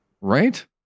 Right